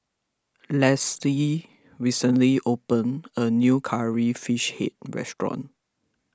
Leslie recently opened a new Curry Fish Head restaurant